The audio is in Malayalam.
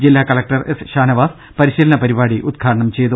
ജില്ലാ കളക്ടർ എസ് ഷാനവാസ് പരിശീലന പരിപാടി ഉദ്ഘാടനം ചെയ്തു